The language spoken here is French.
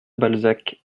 balzac